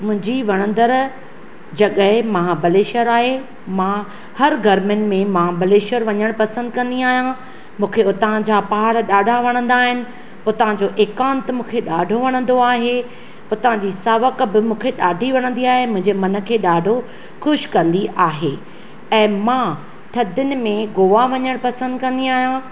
मुंहिंजी वणंदड़ जॻह महाब्लेश्वर आहे मां हर गर्मियुनि में महाब्लेश्वर वञणु पसंदि कंदी आहियां मूंखे हुतां जा पहाड़ ॾाढा वणंदा आहिनि हुतां जो एकांत मूंखे ॾाढो वणंदो आहे हुतांजी सावक बि मूंखे ॾाढी वणंदी आहे मुंहिंजे मन खे ॾाढो ख़ुशि कंदी आहे ऐं मां थधियुनि में गोवा वञण पसंदि कंदी आहियां